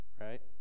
Right